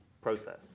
process